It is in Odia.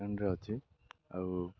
ଟ୍ରେଣ୍ଡରେେ ଅଛି ଆଉ